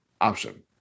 option